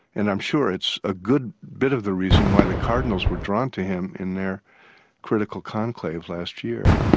and i'm sure it's a good bit of the reason why the cardinals were drawn to him in their critical conclave last year.